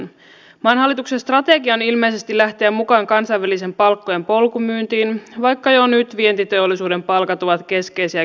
maan hallituksen strategia on ilmeisesti lähteä mukaan kansainväliseen palkkojen polkumyyntiin vaikka jo nyt vientiteollisuuden palkat ovat keskeisiä kilpailijamaita alemmat